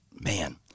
man